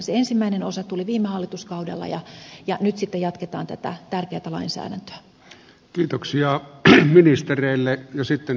se ensimmäinen osa tuli viime hallituskaudella ja nyt sitten jatketaan tätä tärkeätä lainsäädäntöä